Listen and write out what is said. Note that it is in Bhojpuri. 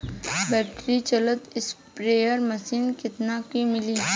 बैटरी चलत स्प्रेयर मशीन कितना क मिली?